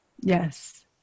Yes